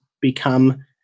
become